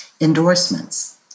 Endorsements